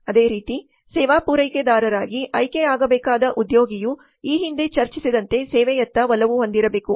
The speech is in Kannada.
ಅದೇ ರೀತಿ ಸೇವಾ ಪೂರೈಕೆದಾರರಾಗಿ ಆಯ್ಕೆಯಾಗಬೇಕಾದ ಉದ್ಯೋಗಿಯು ಈ ಹಿಂದೆ ಚರ್ಚಿಸಿದಂತೆ ಸೇವೆಯತ್ತ ಒಲವು ಹೊಂದಿರಬೇಕು